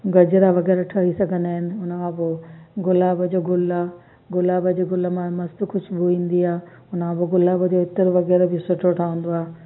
गजरा वग़ैरह ठही सघंदा आहिनि उनखां पोइ गुलाब जो गुल आहे गुलाब जे गुल मां मस्तु ख़ुशबू ईंदी आहे हुनखां पोइ गुलाब जे इत्र वग़ैरह बि सुठो ठहंदो आहे